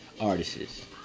artists